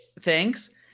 Thanks